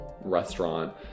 restaurant